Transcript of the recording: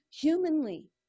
humanly